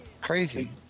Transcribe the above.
crazy